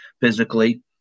physically